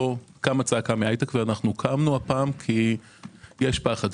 קמה צעקה מההייטק וקמנו הפעם כי יש פחד.